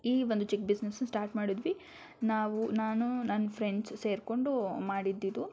ಈ ಒಂದು ಚಿಕ್ಕ ಬಿಝ್ನೆಸನ್ನ ಸ್ಟಾರ್ಟ್ ಮಾಡಿದ್ವಿ ನಾವು ನಾನು ನನ್ನ ಫ್ರೆಂಡ್ಸ್ ಸೇರಿಕೊಂಡು ಮಾಡಿದ್ದಿದು